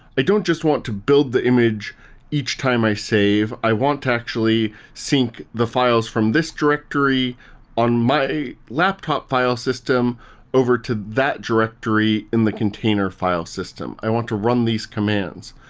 i don't just want to build the image each time i save. i want to actually sink the files from this directory on my laptop file system over to that directory in the container file system. i want to run these commands.